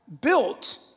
built